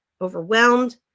overwhelmed